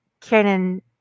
canon